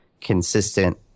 consistent